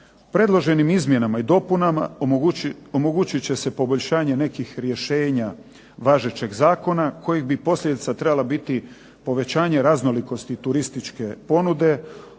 Predloženim izmjenama i dopunama omogućit će se poboljšanje nekih rješenja važećeg zakona kojih bi posljedica trebala biti povećanje raznolikosti turističke ponude,